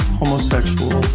homosexual